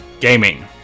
Gaming